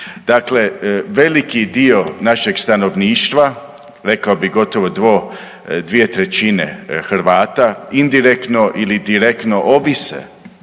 Dakle, veliki dio našeg stanovništva rekao bih gotovo dvije trećine Hrvata indirektno ili direktno ovise